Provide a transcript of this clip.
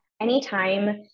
Anytime